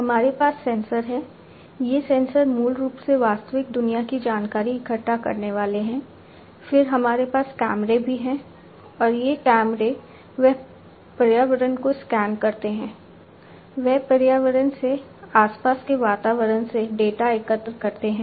हमारे पास सेंसर हैं ये सेंसर मूल रूप से वास्तविक दुनिया की जानकारी इकट्ठा करने वाले हैं फिर हमारे पास कैमरे भी हैं और ये कैमरे वे पर्यावरण को स्कैन करते हैं वे पर्यावरण से आसपास के वातावरण से डेटा एकत्र करते हैं